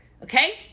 Okay